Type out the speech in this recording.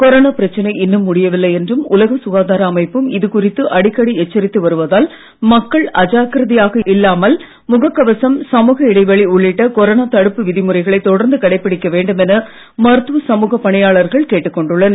corona பிரச்சனை இன்னும் முடியவில்லை என்றும் உலக சுகாதார அமைப்பும் இது குறித்து அடிக்கடி எச்சரித்து வருவதால் மக்கள் அஜாக்கிரதையாக இல்லாமல் முகக் கவசம் சமூக இடைவெளி உள்ளிட்ட கொரோனா தடுப்பு விதிமுறைகளை தொடர்ந்து கடைபிடிக்க வேண்டும் என மருத்துவ சமூக பணியாளர்கள் கேட்டுக் கொண்டுள்ளனர்